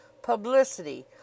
Publicity